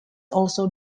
also